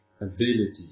ability